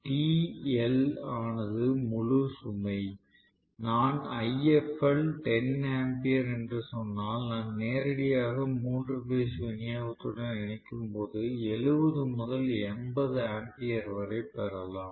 TI ஆனது முழு சுமை நான் IFL 10 ஆம்பியர் என்று சொன்னால் நான் நேரடியாக 3 பேஸ் விநியோகத்துடன் இணைக்கும்போது 70 முதல் 80 ஆம்பியர் வரை பெறலாம்